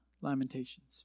lamentations